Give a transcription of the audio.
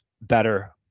better